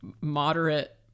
moderate